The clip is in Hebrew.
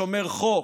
שומר חוק,